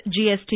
GST